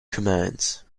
commands